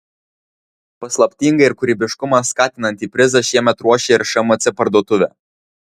paslaptingą ir kūrybiškumą skatinantį prizą šiemet ruošia ir šmc parduotuvė